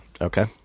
Okay